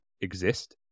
exist